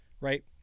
Right